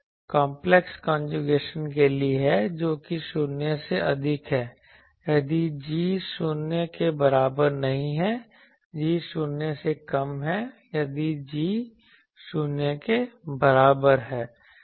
और अन्य complex conjugation के लिए हैं जो कि शून्य से अधिक है यदि g शून्य के बराबर नहीं है g शून्य से कम है यदि g शून्य के बराबर है